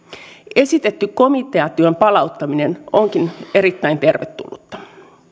esitetty komiteatyön palauttaminen onkin erittäin tervetullutta